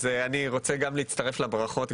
רוצה להצטרף לברכות,